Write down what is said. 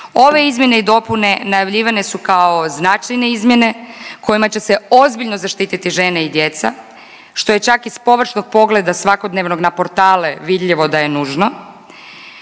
Ove izmjene i dopune najavljivane su kao značajne izmjene kojima će se ozbiljno zaštititi žene i djeca što je čak iz površnog pogleda svakodnevnog na portale vidljivo da je nužno.